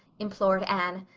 implored anne.